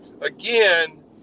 again